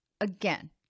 Again